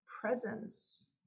presence